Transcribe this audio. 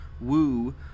woo